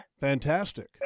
Fantastic